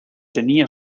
tenía